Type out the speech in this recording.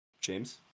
James